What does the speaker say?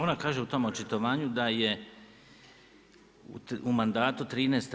Ona kaže u tom očitovanju, da je u mandatu 13.